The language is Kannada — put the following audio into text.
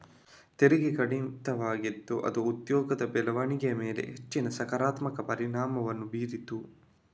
ತೆರಿಗೆ ಕಡಿತವಾಗಿದ್ದು ಅದು ಉದ್ಯೋಗದ ಬೆಳವಣಿಗೆಯ ಮೇಲೆ ಹೆಚ್ಚಿನ ಸಕಾರಾತ್ಮಕ ಪರಿಣಾಮವನ್ನು ಬೀರಿತು